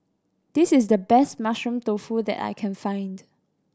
this is the best Mushroom Tofu that I can find